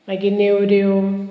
मागीर नेवऱ्यो